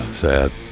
sad